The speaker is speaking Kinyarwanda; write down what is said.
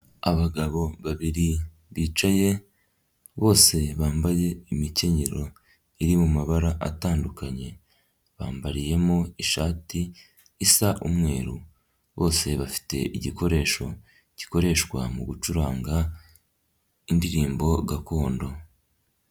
Abagabo babiri bicaye bose bambaye imikenyero iri mu mabara atandukanye bambariyemo ishati isa umweru bose bafite igikoresho gikoreshwa mu gucuranga indirimbo gakondo.